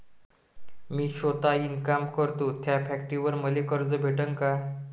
मी सौता इनकाम करतो थ्या फॅक्टरीवर मले कर्ज भेटन का?